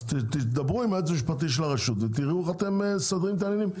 אז תדברו עם היועץ המשפטי של הרשות ותיראו איך אתם מסדרים את העניינים.